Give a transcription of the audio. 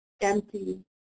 empty